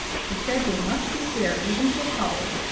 she said they must be fair even to a college,